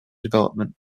development